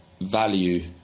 value